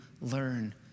learn